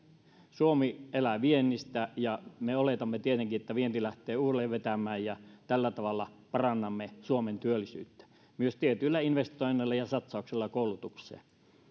suomi elää viennistä ja me oletamme tietenkin että vienti lähtee uudelleen vetämään ja tällä tavalla parannamme suomen työllisyyttä myös tietyillä investoinneilla ja satsauksilla koulutukseen